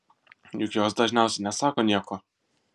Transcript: juk jos dažniausiai nesako nieko